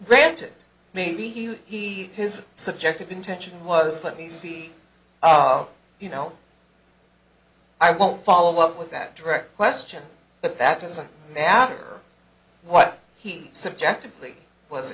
granted maybe he has subjective intention was let me see you know i won't follow up with that direct question but that doesn't matter what he subjectively was